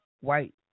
white